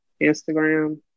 Instagram